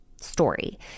story